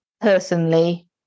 personally